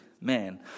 man